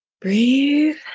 breathe